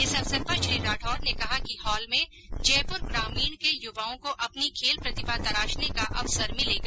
इस अवसर पर श्री राठौड़ ने कहा कि हॉल में जयपुर ग्रामीण के युवाओं को अपनी खेल प्रतिभा तराशने का अवसर मिलेगा